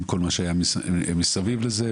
עם כל מה שהיה מסביב לזה,